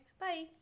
Bye